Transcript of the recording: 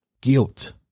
guilt